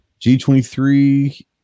g23